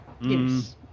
Yes